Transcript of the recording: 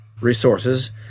resources